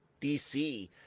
DC